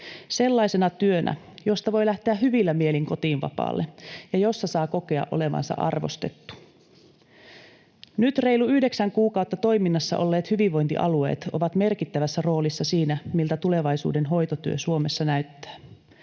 sellaisena työnä, josta voi lähteä hyvillä mielin kotiin vapaalle ja jossa saa kokea olevansa arvostettu. Nyt reilu yhdeksän kuukautta toiminnassa olleet hyvinvointialueet ovat merkittävässä roolissa siinä, miltä tulevaisuuden hoitotyö Suomessa näyttää.